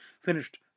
finished